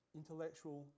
intellectual